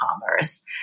commerce